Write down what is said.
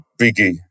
Biggie